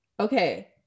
okay